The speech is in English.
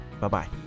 Bye-bye